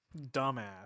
dumbass